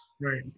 Right